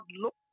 look